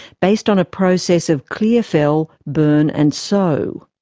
based on a process of clear fell, burn and sow.